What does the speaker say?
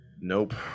Nope